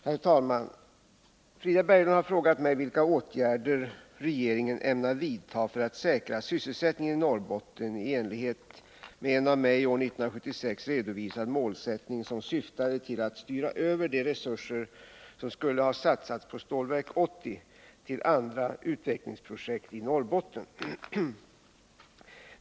Herr talman! Frida Berglund har frågat mig vilka åtgärder regeringen ämnar vidta för att säkra sysselsättningen i Norrbotten i enlighet med en av mig år 1976 redovisad målsättning som syftade till att styra över de resurser som skulle ha satsats på Stålverk 80 till andra utvecklingsprojekt i Norrbotten.